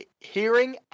hearing